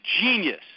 genius